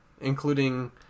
including